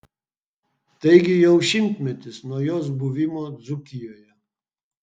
taigi jau šimtmetis nuo jos buvimo dzūkijoje